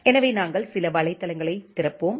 எனவே நாங்கள் சில வலைத்தளங்களைத் திறப்போம்